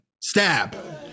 Stab